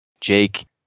Jake